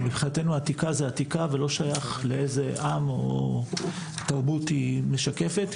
מבחינתנו עתיקה זה עתיקה ולא שייך לאיזה עם או תרבות היא משקפת,